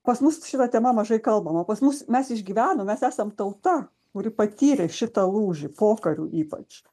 pas mus šita tema mažai kalbama pas mus mes išgyvenom mes esam tauta kuri patyrė šitą lūžį pokariu ypač